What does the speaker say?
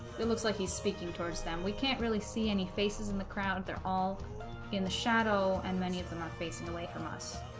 it looks like he's speaking towards them we can't really see any faces in the crowd they're all in the shadow and many of them are facing away from us